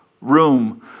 room